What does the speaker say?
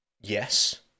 Yes